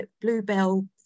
bluebell